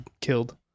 killed